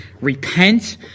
repent